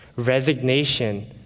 Resignation